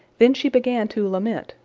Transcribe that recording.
then she began to lament,